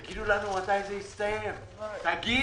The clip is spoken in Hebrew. תגידו לנו מתי זה יסתיים, תגידו.